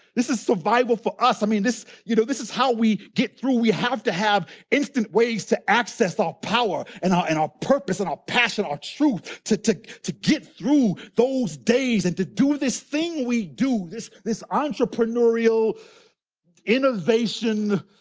this is survival for us. i mean this you know this is how we get through. we have to have instant ways to access our power and and our purpose and our passion, our truth, to to get through those days and to do this thing we do, this this entrepreneurial innovation,